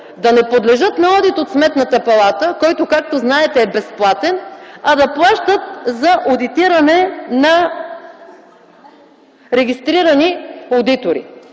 да не подлежат на одит от Сметната палата, който, както знаете, е безплатен, а да плащат за одитиране на регистрирани одитори.